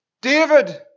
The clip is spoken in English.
David